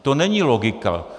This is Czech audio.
To není logika.